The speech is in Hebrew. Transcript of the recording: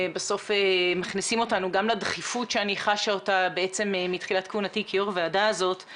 גם אני אתן כמובן על כך את דעת והוועדה תתייחס גם לזה.